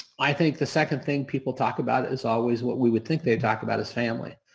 i think the second thing people talk about is always what we would think they talked about is family,